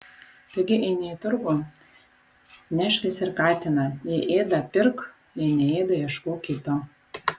taigi eini į turgų neškis ir katiną jei ėda pirk jei neėda ieškok kito